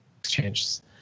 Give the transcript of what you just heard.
exchanges